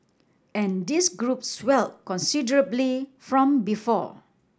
and this group swell considerably from before